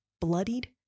bloodied